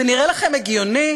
זה נראה לכם הגיוני?